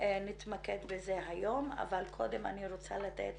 נתמקד בזה היום, אבל קודם אני רוצה לתת